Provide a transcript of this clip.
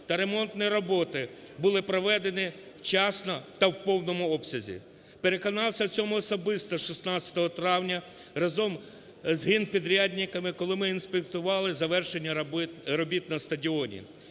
та ремонтні роботи були проведені вчасно та в повному обсязі. Переконався в цьому особисто 16 травня разом з генпідрядниками, коли ми інспектували завершення робіт на стадіоні.